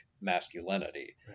masculinity